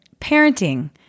parenting